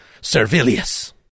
Servilius